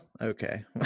okay